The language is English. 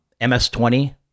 MS20